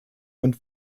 und